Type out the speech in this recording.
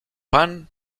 pan